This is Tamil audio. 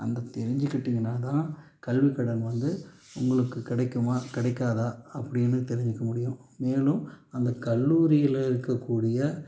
அந்த தெரிஞ்சிக்கிட்டிங்கன்னா தான் கல்விக்கடன் வந்து உங்களுக்கு கிடைக்குமா கிடைக்காதா அப்படின்னு தெரிஞ்சிக்க முடியும் மேலும் அந்த கல்லூரியிலே இருக்கக்கூடிய